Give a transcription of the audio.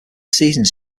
seasons